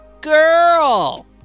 girl